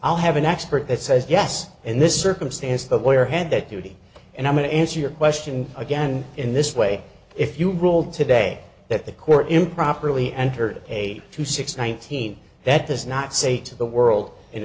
i'll have an expert that says yes in this circumstance that where had that duty and i'm going to answer your question again in this way if you ruled today that the court improperly entered a two six nineteen that does not say to the world